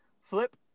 Flip